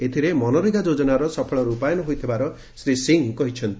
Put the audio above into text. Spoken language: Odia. ଏଥିରେ ମନରେଗା ଯୋଚ୍ଚନାର ସଫଳ ର୍ପାୟନ ହୋଇଥିବା ଶ୍ରୀ ସିଂହ କହିଚ୍ଚନ୍ତି